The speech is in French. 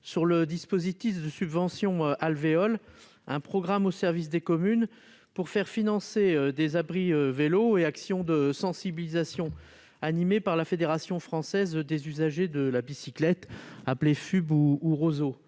sur le dispositif de subventions Alvéole. Ce programme au service des communes, qui vise à financer des abris vélo et des actions de sensibilisation, est animé par la Fédération française des usagers de la bicyclette (FUB) et